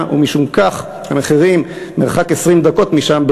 ומשום כך המחירים במרחק 20 דקות משם,